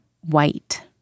white